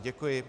Děkuji.